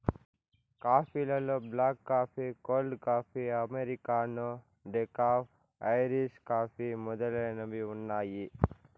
coffee లలో black coffee, cold coffee, americano, decaf, Irish coffee మొదలైనవి ఉన్నాయి